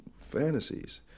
fantasies